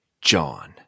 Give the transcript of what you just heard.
John